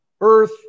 earth